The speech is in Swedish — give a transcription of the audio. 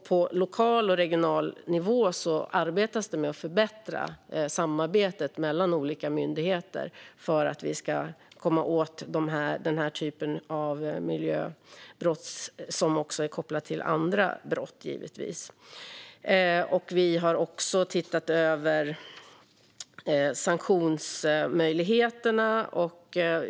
På lokal och regional nivå arbetas det med att förbättra samarbetet mellan olika myndigheter för att komma åt den här typen av miljöbrott, som också är kopplad till andra brott. Vi har också sett över sanktionsmöjligheterna.